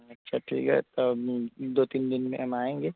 اچھا ٹھیک ہے تب دو تین دن میں ہم آئیں گے